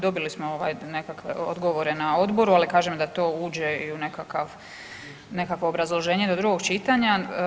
Dobili smo nekakve odgovore na odboru, ali kažem, da to uđe i u nekakvo obrazloženje do drugog čitanja.